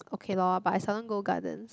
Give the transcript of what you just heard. okay lor but I seldom go gardens